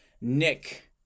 Nick